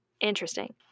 Interesting